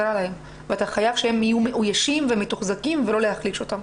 עליהם ואתה חייב שהם יהיו מאוישים ומתוחזקים ולא להחליש אותם.